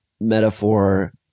metaphor